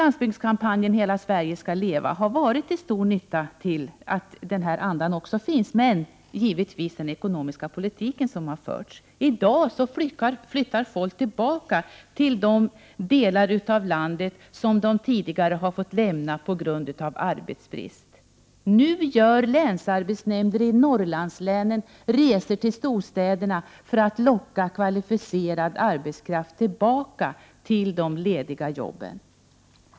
Landsbygdskampanjen ”Hela Sverige ska leva” har varit till stor nytta för denna anda, men det har givetvis också den förda ekonomiska politiken varit. I dag flyttar folk tillbaka till de delar av landet som de tidigare har fått lämna på grund av arbetsbrist. Nu gör länsarbetsnämnden i Norrlandslänen resor till storstäderna för att locka kvalificerad arbetskraft tillbaka till de lediga jobben.